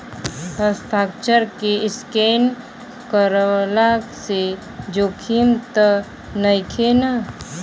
हस्ताक्षर के स्केन करवला से जोखिम त नइखे न?